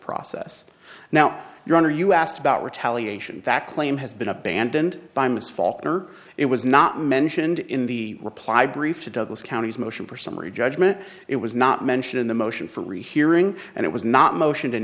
process now your honor you asked about retaliation that claim has been abandoned by miss falkner it was not mentioned in the reply brief to douglas county's motion for summary judgment it was not mentioned in the motion for rehearing and it was not motion